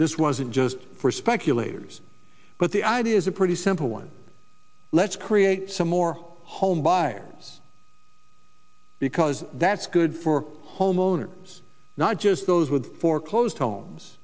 this wasn't just for speculators but the idea is a pretty simple one let's create some more home buy because that's good for homeowners not just those with foreclosed homes